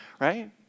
right